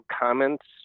comments